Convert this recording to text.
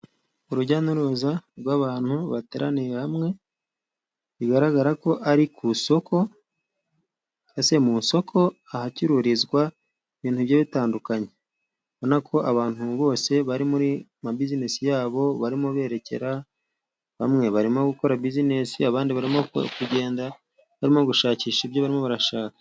Urujya n'uruza rw'abantu bateraniye hamwe，bigaragara ko ari ku isoko，mbese mu isoko ahacururizwa ibintu bigiye bitandukanye, urabona ko abantu bose bari muri ma bizinesi yabo， barimo berekera， bamwe barimo gukora bizisinesi ，abandi barimo kugenda barimo gushakisha ibyo bamwemo barashaka.